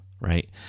right